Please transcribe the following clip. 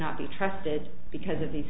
not be trusted because of these